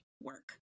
work